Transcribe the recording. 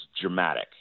dramatic